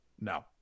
no